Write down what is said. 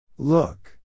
Look